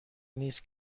نیست